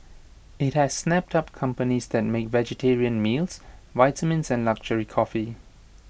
IT has snapped up companies that make vegetarian meals vitamins and luxury coffee